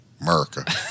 America